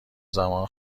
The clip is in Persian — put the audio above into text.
زمان